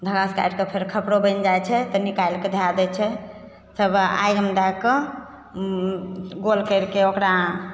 धागासँ काटि कऽ फेर खपरो बनि जाइत छै तऽ निकालिके धए दै छै तब आगिमे दए कऽ गोल करिके ओकरा